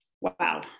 wow